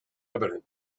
evident